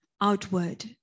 outward